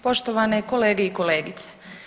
Poštovane kolege i kolegice.